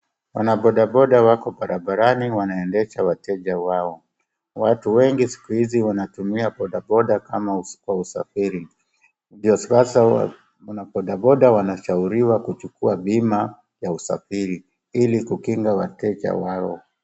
Wana bodaboda wako barabarani wanaendesha wateja wao. Watu wengi siku hizi wanatumia bodaboda kama usafiri ndio sasa wanabodaboda wanashauriwa kuchukua bima ya usafiri ili kukinga wateja wao.